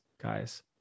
guys